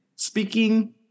Speaking